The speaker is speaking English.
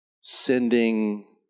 sending